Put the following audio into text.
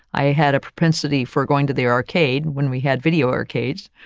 i had a propensity for going to the arcade when we had video arcades.